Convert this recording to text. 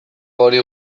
gori